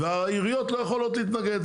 והעיריות לא יכולות להתנגד.